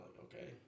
okay